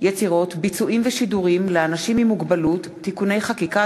ביצועים ושידורים לאנשים עם מוגבלות (תיקוני חקיקה),